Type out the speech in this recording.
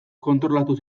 kontrolatu